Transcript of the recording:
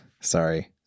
Sorry